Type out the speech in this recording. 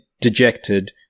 dejected